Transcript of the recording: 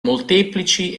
molteplici